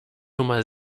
nummer